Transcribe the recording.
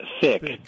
thick